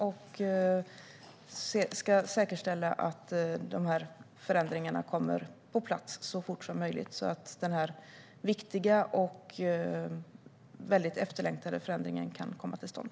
Jag ska säkerställa att förändringarna kommer på plats så fort som möjligt så att denna viktiga och väldigt efterlängtade förändring kan komma till stånd.